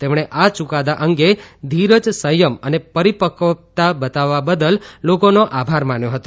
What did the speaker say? તેમણે આ યુકાદા અંગે ધીરજ સંયમ અને પરિપક્વતા બતાવવા બદલ લોકોનો આભાર માન્યો હતો